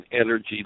energy